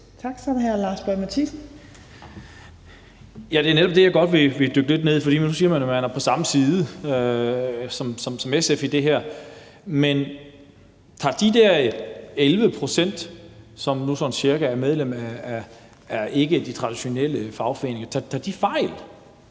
Mathiesen. Kl. 16:21 Lars Boje Mathiesen (NB): Ja, det er netop det, jeg godt vil dykke lidt ned i. For nu siger man, at man er på samme side som SF i det her. Man tager de dér sådan cirka 11 pct., som er medlem af de ikketraditionelle fagforeninger, fejl?